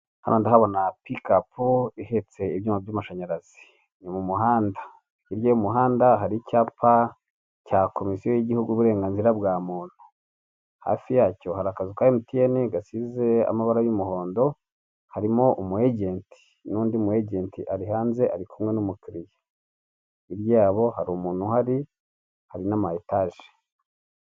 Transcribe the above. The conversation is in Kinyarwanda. Hano ndahabona pikapu ihetse ibyuma by'amashanyarazi. Ni mu muhanda hirya y'umuhanda hari icyapa cya komisiyo y'igihugu uburenganzira bwa muntu. Hafi yacyo hari akazu ka emuteyene gasize amabara y'umuhondo, harimo umu ejenti, n'undi mu ejenti ari hanze ari kumwe n'umukiliya. Hirya yabo hari umuntu uhari, hari n'ama etaje.